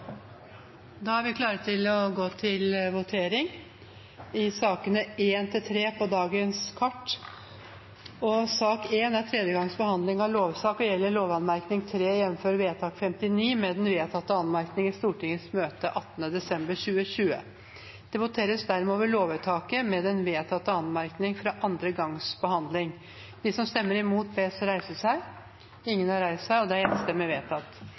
Da er Stortinget klar til å gå til votering i sakene nr. 1–3 på dagens kart. Sak nr. 1 er tredje gangs behandling av lov og gjelder lovvedtak 59 med den vedtatte anmerkning i Stortingets møte den 18. desember 2020. Det voteres dermed over lovvedtaket med den vedtatte anmerkning fra andre gangs behandling. Stortingets lovvedtak er dermed bifalt ved tredje gangs behandling og blir å sende Kongen i overensstemmelse med Grunnloven. Sak nr. 2 er